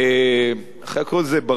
איך היה קורא לזה?